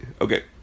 Okay